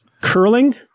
curling